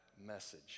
message